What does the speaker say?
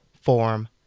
form